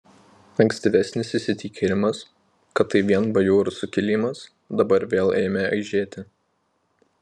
ankstyvesnis įsitikinimas kad tai vien bajorų sukilimas dabar vėl ėmė aižėti